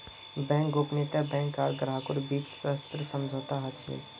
bank गोपनीयता bank आर ग्राहकेर बीचत सशर्त समझौता ह छेक